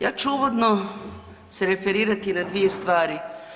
Ja ću uvodno se referirati na dvije stvari.